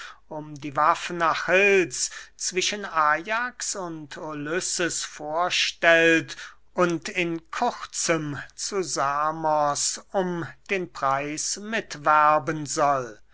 um die waffen achills zwischen ajax und ulysses vorstellt und in kurzem zu samos um den preis mitwerben soll